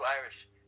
Irish